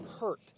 hurt